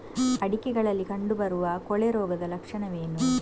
ಅಡಿಕೆಗಳಲ್ಲಿ ಕಂಡುಬರುವ ಕೊಳೆ ರೋಗದ ಲಕ್ಷಣವೇನು?